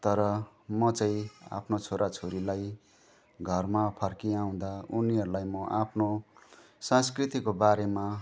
तर म चाहिँ आफ्नो छोराछोरीलाई घरमा फर्किआउँदा उनीहरूलाई म आफ्नो संस्कृतिको बारेमा